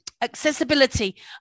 Accessibility